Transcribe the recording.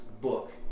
book